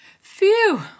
Phew